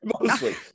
Mostly